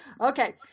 Okay